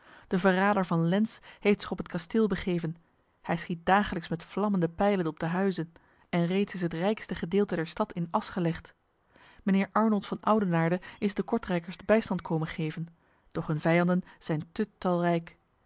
de verrader van lens heeft zich op het kasteel begeven hij schiet dagelijks met vlammende pijlen op de huizen en reeds is het rijkste gedeelte der stad in as gelegd mijnheer arnold van oudenaarde is de kortrijkers bijstand komen geven doch hun vijanden zijn te talrijk